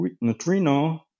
neutrino